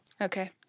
Okay